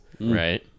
Right